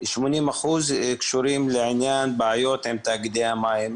80% קשורים לעניין בעיות עם תאגידי המים,